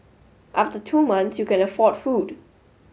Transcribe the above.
after two month you can afford food